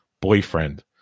boyfriend